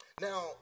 Now